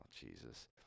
Jesus